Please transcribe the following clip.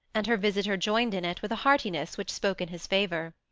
and her visitor joined in it with a heartiness which spoke in his favour.